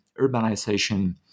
urbanization